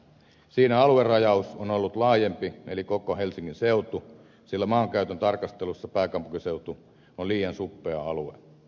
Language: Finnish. siinä aluerajaus on ollut laajempi eli koko helsingin seutu sillä maankäytön tarkastelussa pääkaupunkiseutu on liian suppea alue